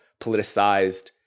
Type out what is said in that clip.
politicized